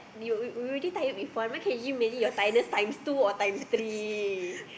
you you you already tired with one then can you imagine your tiredness times two or times three